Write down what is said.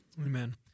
Amen